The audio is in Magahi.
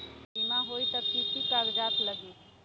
बिमा होई त कि की कागज़ात लगी?